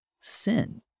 sin